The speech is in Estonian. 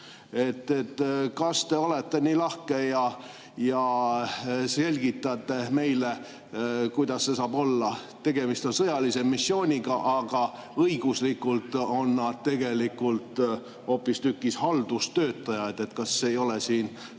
Kas te olete nii lahke ja selgitate meile, kuidas see saab olla? Tegemist on sõjalise missiooniga, aga õiguslikult on nad tegelikult hoopistükkis haldustöötajad. Kas ei ole siin